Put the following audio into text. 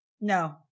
No